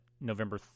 November